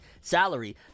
salary